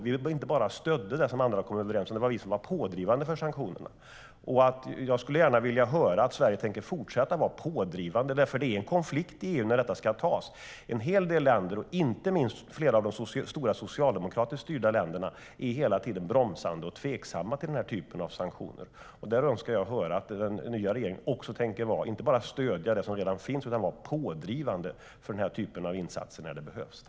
Vi inte bara stödde det som andra kom överens om, utan det var vi som var pådrivande för sanktionerna.